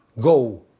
go